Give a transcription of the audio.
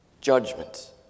judgment